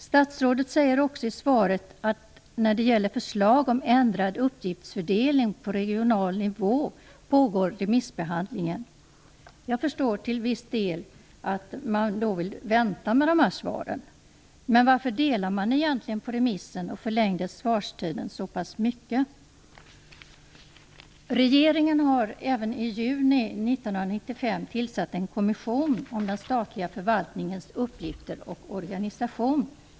Statsrådet säger också i svaret att remissbehandling pågår när det gäller förslag till ändrad uppgiftsfördelning på regional nivå. Jag förstår till viss del att man då vill vänta med de här svaren. Men varför delade man egentligen på remissen och förlängde svarstiden så pass mycket? Regeringen har i juni 1995 även tillsatt en kommission om den statliga förvaltningens uppgifter och organisation.